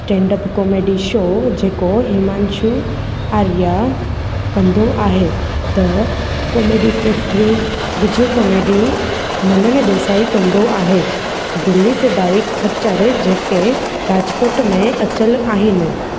stand up comedy show जेको हिमांशु आर्य कंदो आहे त comedy factory Gujju comedy Manan Desai कंदो आहे दिलिप भाई खचर जेके राजकोट में आयल आहिनि